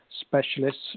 specialists